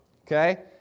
Okay